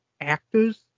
actors